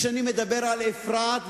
כשאני מדבר על אפרת,